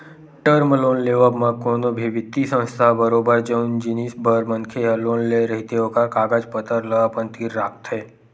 term loan लेवब म कोनो भी बित्तीय संस्था ह बरोबर जउन जिनिस बर मनखे ह लोन ले रहिथे ओखर कागज पतर ल अपन तीर राखथे